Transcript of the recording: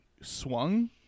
swung